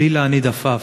בלי להניד עפעף,